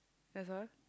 that's all